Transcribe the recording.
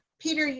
peter, yeah